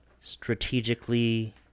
strategically